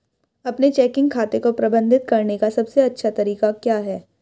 अपने चेकिंग खाते को प्रबंधित करने का सबसे अच्छा तरीका क्या है?